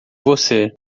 você